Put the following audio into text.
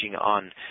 on